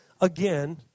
again